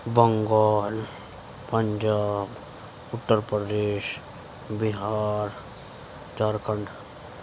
Bengal Punjab Uttar Pradesh Bihar Jharkhand